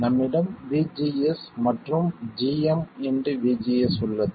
நம்மிடம் VGS மற்றும் gmVGS உள்ளது